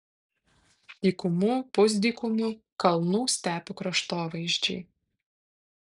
dykumų pusdykumių kalnų stepių kraštovaizdžiai